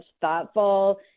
thoughtful